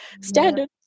standard